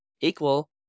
equal